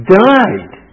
died